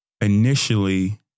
initially